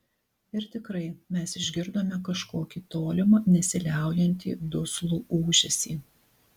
ir tikrai mes išgirdome kažkokį tolimą nesiliaujantį duslų ūžesį